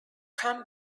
come